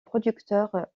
producteurs